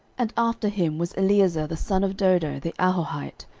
and after him was eleazar the son of dodo, the ahohite,